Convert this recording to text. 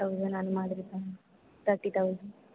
thousand அந்த மாதிரி காமிங்க தேர்ட்டி தௌசண்ட்